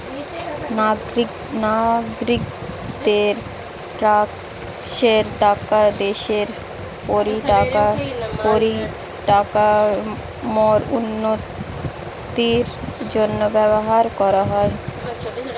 নাগরিকদের ট্যাক্সের টাকা দেশের পরিকাঠামোর উন্নতির জন্য ব্যবহার করা হয়